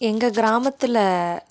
எங்கள் கிராமத்தில்